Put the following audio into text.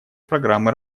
программы